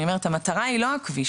אני אומרת המטרה היא לא הכביש,